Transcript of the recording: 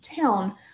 town